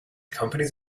company’s